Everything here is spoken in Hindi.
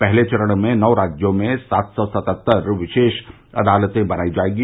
पहले चरण में नौ राज्यों में सात सौ सतहत्तर विशेष अदालतें बनाई जाएगी